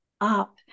up